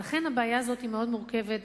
ולכן, הבעיה הזאת היא מאוד מורכבת.